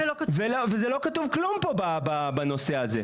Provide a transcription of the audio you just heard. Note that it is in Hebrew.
ולא כתוב כלום פה בנושא הזה.